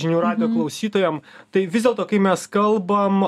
žinių radijo klausytojam tai vis dėlto kai mes kalbam